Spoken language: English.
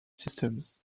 systems